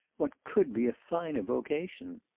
what could be a finer vocation?